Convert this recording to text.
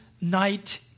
night